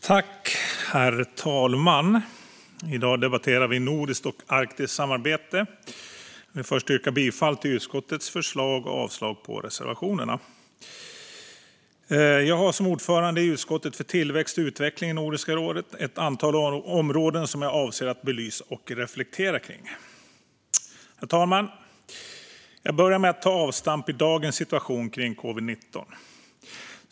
Herr talman! I dag debatterar vi nordiskt och arktiskt samarbete. Jag vill först yrka bifall till utskottets förslag och avslag på reservationerna. Som ordförande i utskottet för tillväxt och utveckling i Norden i Nordiska rådet avser jag att belysa och reflektera över ett antal områden. Herr talman! Jag börjar med att ta avstamp i dagens situation kring covid-19.